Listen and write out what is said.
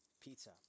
pizza